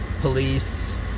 police